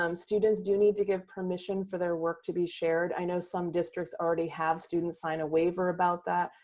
um students do need to give permission for their work to be shared. i know some districts already have students sign a waiver about that,